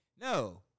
No